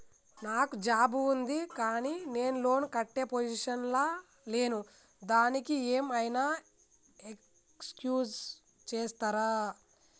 నాకు జాబ్ ఉంది కానీ నేను లోన్ కట్టే పొజిషన్ లా లేను దానికి ఏం ఐనా ఎక్స్క్యూజ్ చేస్తరా?